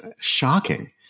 shocking